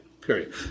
period